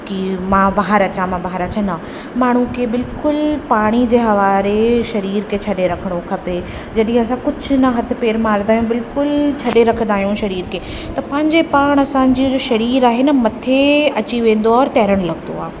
कि मां ॿाहिरि अचा मां ॿाहिरि अचा न माण्हूअ खे बिल्कुलु पाणीअ जे हवाले सरीर खे छॾे रखिणो खपे जॾहिं असां कुझु न हथु पेरु मारंदा आहिनि बिल्कुलु छॾे रखंदा आहियूं सरीर खे त पंहिंजे पाणि असांजो जा सरीरु आहे न मथे अची वेंदो आहे तैरण लॻंदो आहे